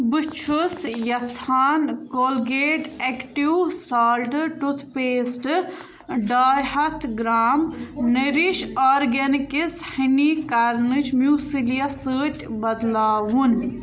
بہٕ چھُس یَژھان کولگیٹ اٮ۪کٹِو سالٹہٕ ٹُتھ پیسٹہٕ ڈاے ہَتھ gram Nourish Organics honey crunch muesli یَس سۭتۍ بدلاوُن